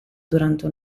durante